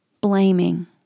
blaming